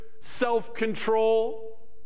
self-control